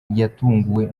yatunguwe